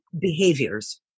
behaviors